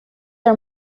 are